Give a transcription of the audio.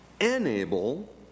enable